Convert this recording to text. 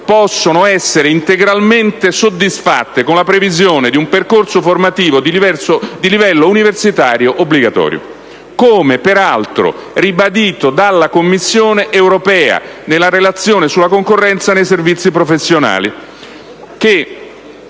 possono essere integralmente soddisfatte con la previsione di un percorso formativo di livello universitario obbligatorio , come peraltro ribadito dalla Commissione europea da ultimo nella Relazione sulla concorrenza nei servizi professionali».